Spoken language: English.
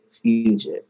future